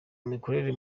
mikorere